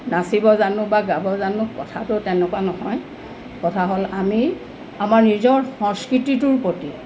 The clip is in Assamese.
নচিব জানো বা গাব জানো কথাটো তেনেকুৱা নহয় কথা হ'ল আমি আমাৰ নিজৰ সংস্কৃতিটোৰ প্ৰতি